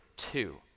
two